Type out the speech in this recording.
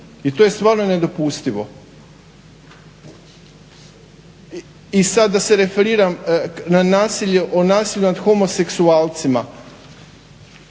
I to je stvarno nedopustivo. I sada da se referiram na nasilje o nasilju nad homoseksualcima.